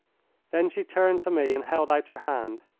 then she turned to me and held out her hand.